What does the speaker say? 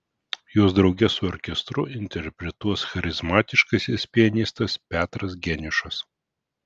juos drauge su orkestru interpretuos charizmatiškasis pianistas petras geniušas